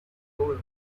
joven